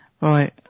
Right